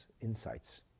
insights